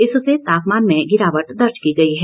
इससे तापमान में गिरावट दर्ज की गई है